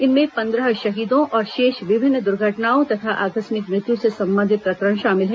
इनमें पंद्रह शहीदों और शेष विभिन्न दुर्घटनाओं तथा आकस्मिक मृत्यु से संबंधित प्रकरण शामिल हैं